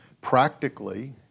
practically